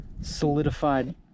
Solidified